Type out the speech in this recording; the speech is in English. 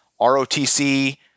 ROTC